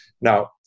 now